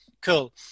cool